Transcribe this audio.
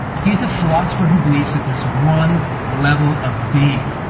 he's a philosopher who believes that there's one level of being,